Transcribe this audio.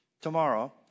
Tomorrow